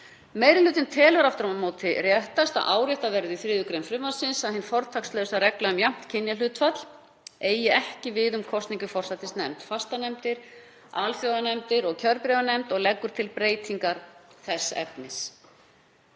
Meiri hlutinn telur aftur á móti réttast að áréttað verði í 3. gr. frumvarpsins að hin fortakslausa regla um jafnt kynjahlutfall eigi ekki við um kosningu í forsætisnefnd, fastanefndir, alþjóðanefndir og kjörbréfanefnd og leggur til breytingar þess efnis.